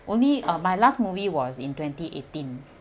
only uh my last movie was in twenty eighteen